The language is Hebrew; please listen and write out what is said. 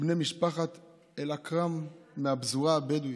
בני משפחת אלכרם מהפזורה הבדואית,